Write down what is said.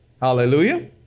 Hallelujah